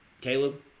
Caleb